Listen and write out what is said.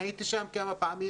הייתי שם כמה פעמים